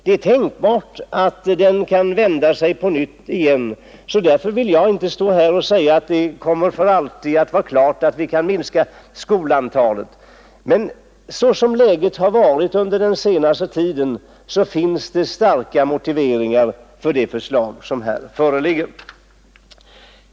Det är tänkbart att den kan vända sig på nytt igen. Därför vill jag inte stå här och säga att vi för alltid kan minska skolantalet. Men såsom läget har varit under den senaste tiden fanns det starka motiveringar för det förslag som här föreligger.